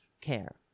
care